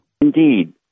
Indeed